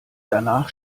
danach